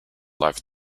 life